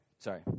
Sorry